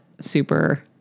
super